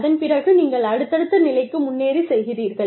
அதன் பிறகு நீங்கள் அடுத்தடுத்த நிலைக்கு முன்னேறிச் செல்கிறீர்கள்